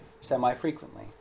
semi-frequently